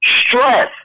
Stress